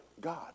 God